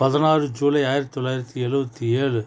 பதினாறு ஜூலை ஆயிரத்து தொள்ளாயிரத்தி எழுவத்தி ஏழு